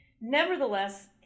nevertheless